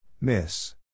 Miss